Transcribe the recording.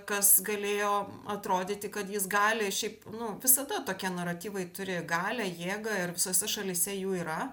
kas galėjo atrodyti kad jis gali šiaip nu visada tokie naratyvai turi galią jėgą ir visose šalyse jų yra